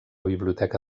biblioteca